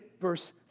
verse